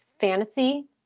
fantasy